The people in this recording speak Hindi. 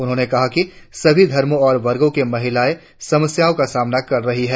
उन्होंने कहा कि सभी धर्मों और वर्गों की महिलाएं समस्याओं का सामना कर रही हैं